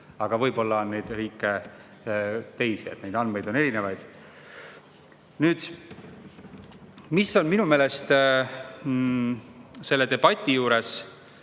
Aga võib-olla on selliseid riike teisigi, neid andmeid on erinevaid. Nüüd, mis on minu meelest selle debati juures